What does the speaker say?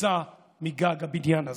בקפיצה מגג הבניין הזה.